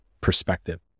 perspective